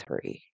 three